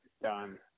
done